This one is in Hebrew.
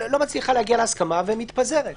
לא מצליחה להגיע להסכמה ומתפזרת.